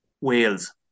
Wales